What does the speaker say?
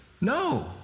No